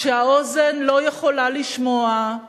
שהאוזן לא יכול לשמוע,